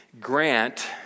grant